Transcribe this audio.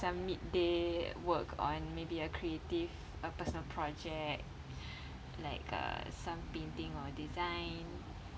some midday work on maybe a creative a personal project like uh some painting or design